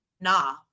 nah